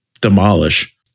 demolish